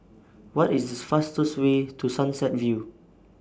What IS The fastest Way to Sunset View